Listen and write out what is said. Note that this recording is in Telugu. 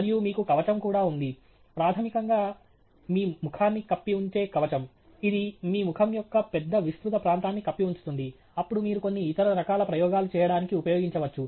మరియు మీకు కవచం కూడా ఉంది ప్రాథమికంగా మీ ముఖాన్ని కప్పి ఉంచే కవచం ఇది మీ ముఖం యొక్క పెద్ద విస్తృత ప్రాంతాన్ని కప్పి ఉంచుతుంది అప్పుడు మీరు కొన్ని ఇతర రకాల ప్రయోగాలు చేయడానికి ఉపయోగించవచ్చు